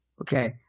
Okay